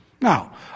Now